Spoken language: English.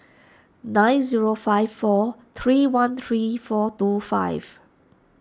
nine zero five four three one three four two five